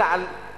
אלא על דרכה,